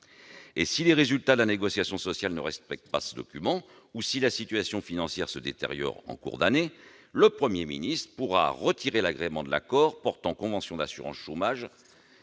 Et si les résultats de la négociation sociale ne respectent pas ce document ou si la situation financière se détériore en cours d'année, le Premier ministre pourra retirer l'agrément de l'accord portant convention d'assurance chômage